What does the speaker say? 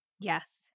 Yes